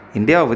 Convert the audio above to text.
India